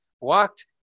walked